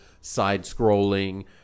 side-scrolling